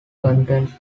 contest